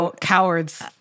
cowards